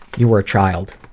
you were a child.